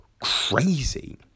crazy